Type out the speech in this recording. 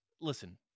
listen